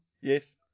Yes